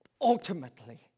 ultimately